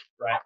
right